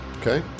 Okay